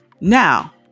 Now